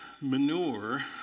manure